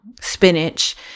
spinach